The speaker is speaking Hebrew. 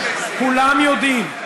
כולם יודעים,